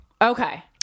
Okay